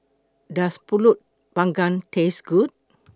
Does Pulut Panggang Taste Good